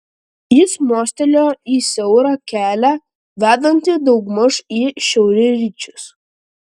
jis mostelėjo į siaurą kelią vedantį daugmaž į šiaurryčius